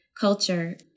culture